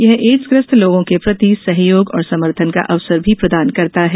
यह एडसग्रस्त लोगों के प्रति सहयोग और समर्थन का अवसर भी प्रदान करता है